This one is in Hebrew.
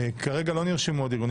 כרגע לא נרשמו עוד ארגונים.